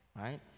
right